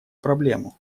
проблему